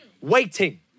Waiting